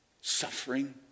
suffering